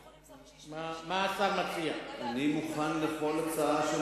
אני מוכן לכל הצעה של